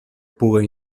puga